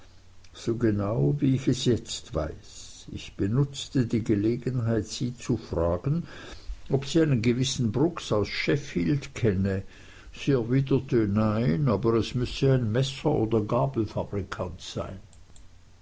so genau wie ich es jetzt weiß ich benutzte die gelegenheit sie zu fragen ob sie einen gewissen brooks aus sheffield kenne sie erwiderte nein aber es müsse ein messer und gabelfabrikant sein